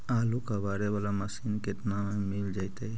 आलू कबाड़े बाला मशीन केतना में मिल जइतै?